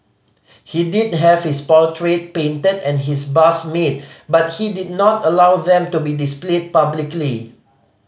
he did have his portrait painted and his bust made but he did not allow them to be displayed publicly